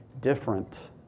different